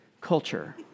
Culture